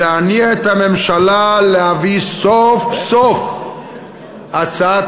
ולהניע את הממשלה להביא סוף-סוף הצעת